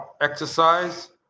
exercise